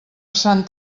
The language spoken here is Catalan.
sant